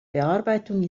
bearbeitung